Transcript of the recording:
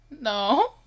No